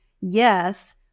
yes